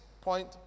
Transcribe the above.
point